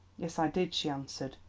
yes, i did, she answered,